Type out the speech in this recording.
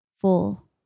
full